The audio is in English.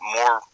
more